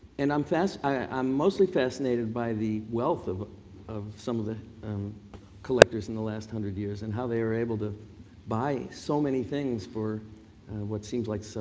and um i'm mostly fascinated by the wealth of of some of the um collectors in the last hundred years and how they're able to buy so many things for what seems like so